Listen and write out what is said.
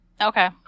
Okay